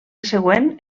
següent